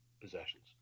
possessions